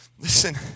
Listen